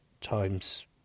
times